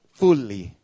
fully